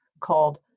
called